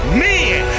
men